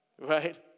Right